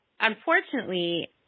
Unfortunately